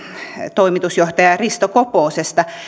toimitusjohtajasta risto koposesta